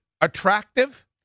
attractive